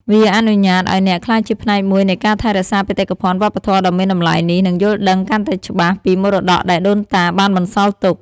វាអនុញ្ញាតឱ្យអ្នកក្លាយជាផ្នែកមួយនៃការថែរក្សាបេតិកភណ្ឌវប្បធម៌ដ៏មានតម្លៃនេះ និងយល់ដឹងកាន់តែច្បាស់ពីមរតកដែលដូនតាបានបន្សល់ទុក។